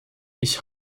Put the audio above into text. ich